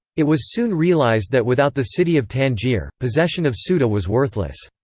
it was soon realized that without the city of tangier, possession of ceuta was worthless.